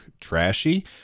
trashy